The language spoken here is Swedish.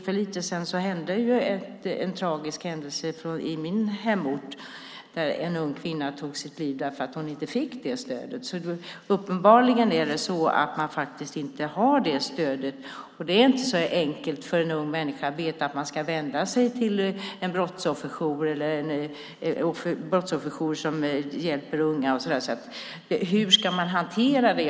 För lite sedan inträffade en tragisk händelse på min hemort då en ung kvinna tog sitt liv därför att hon inte fick stöd. Uppenbarligen är det alltså så att man faktiskt inte har det stödet, och det är inte så enkelt för en ung människa att veta att man ska vända sig till en brottsofferjour som hjälper unga. Hur ska vi hantera det?